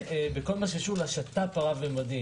אנחנו גם אחראים לכל מה שקשור לשת"פ הרב ממדי